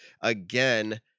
again